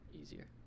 easier